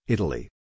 Italy